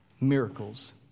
miracles